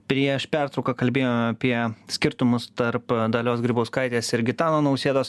prieš pertrauką kalbėjome apie skirtumus tarp dalios grybauskaitės ir gitano nausėdos